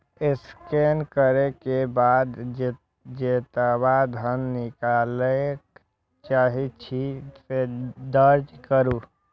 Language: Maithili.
स्कैन करै के बाद जेतबा धन निकालय चाहै छी, से दर्ज करू